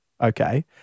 okay